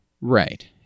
right